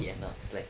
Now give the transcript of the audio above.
(uh huh)